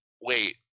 wait